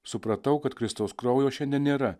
supratau kad kristaus kraujo šiandien nėra